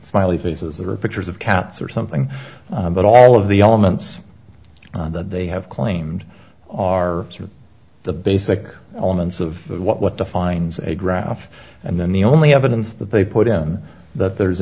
smiley faces that are pictures of cats or something but all of the elements that they have claimed are the basic elements of what defines a graph and then the only evidence that they put in that there's